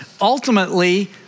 ultimately